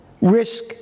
risk